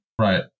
right